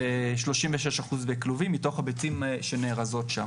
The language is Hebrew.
ו-36% בכלובים מתוך הביצים שנארזות שם.